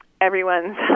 everyone's